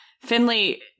Finley